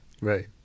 Right